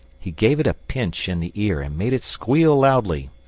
he gave it a pinch in the ear and made it squeal loudly.